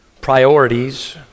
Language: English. priorities